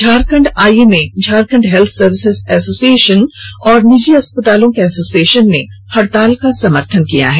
Jharkhand IMA Jharkhand health services association और निजी अस्पतालों के एसोसिए ान ने हड़ताल का समर्थन किया है